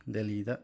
ꯗꯦꯂꯤꯗ